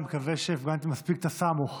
אני מקווה שהבנתי מספיק את ה"תסאמוח"